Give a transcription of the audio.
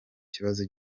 kibazo